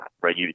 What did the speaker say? right